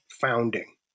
founding